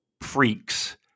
freaks